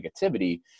negativity